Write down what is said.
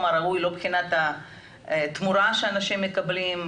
הראוי מבחינת התמורה וההערכה שהאנשים האלה מקבלים,